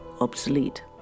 obsolete